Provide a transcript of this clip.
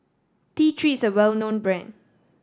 T Three is a well known brand